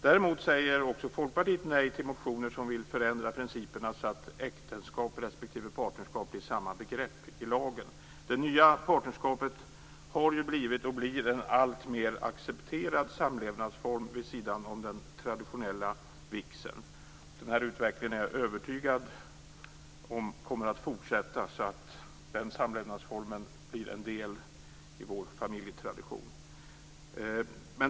Däremot säger också Folkpartiet nej till motioner som vill förändra principerna så att äktenskap respektive partnerskap blir samma begrepp i lagen. Det nya partnerskapet har blivit och blir en alltmer accepterad samlevnadsform vid sidan av det traditionella äktenskapet. Jag är övertygad om att den utvecklingen kommer att fortsätta så att den samlevnadsformen blir en del i vår familjetradition.